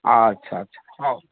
ଆଚ୍ଛା ଆଚ୍ଛା ହଉ